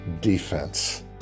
defense